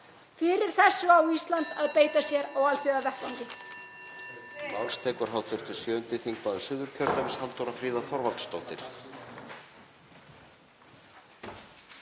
Fyrir þessu á Ísland að beita sér á alþjóðavettvangi.